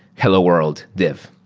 hello world div.